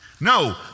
No